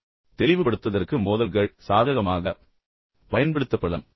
தெளிவுபடுத்துவதற்கு மோதல்கள் சாதகமாகப் பயன்படுத்தப்படலாம்